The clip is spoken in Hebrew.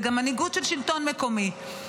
זה גם מנהיגות של שלטון מקומי,